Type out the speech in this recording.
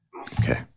Okay